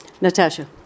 Natasha